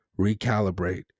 recalibrate